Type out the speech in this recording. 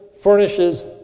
furnishes